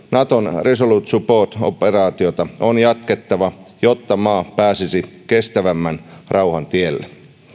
naton resolute support operaatiota on jatkettava jotta maa pääsisi kestävämmän rauhan tielle